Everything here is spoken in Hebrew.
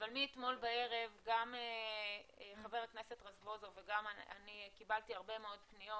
אבל מאתמול בערב גם חבר הכנסת רזבוזוב וגם אני קיבלתי הרבה מאוד פניות